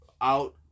out